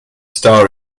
star